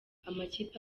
amakipe